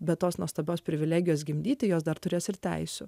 bet tos nuostabios privilegijos gimdyti jos dar turės ir teisių